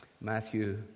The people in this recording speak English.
Matthew